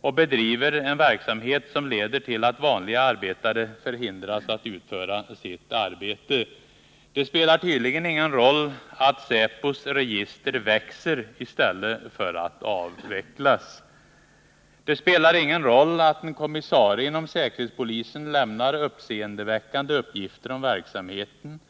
och bedriver en verksamhet som leder till att vanliga arbetare förhindras att utföra sitt arbete. Det spelar tydligen ingen roll att säpos register växer i stället för att avvecklas. Det spelar ingen roll att en kommissarie inom säkerhetspolisen lämnar uppseendeväckande uppgifter om verksamheten.